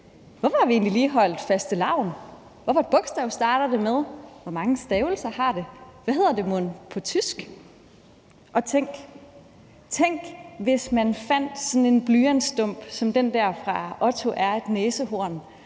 Hvorfor har vi egentlig lige holdt fastelavn? Hvad for et bogstav starter det med? Hvor mange stavelser har det? Hvad hedder det mon på tysk? Tænk, hvis man fandt sådan en blyantsstump som den der fra »Otto er et næsehorn«